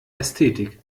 ästhetik